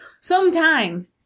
Sometime